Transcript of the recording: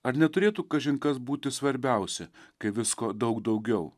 ar neturėtų kažin kas būti svarbiausia kai visko daug daugiau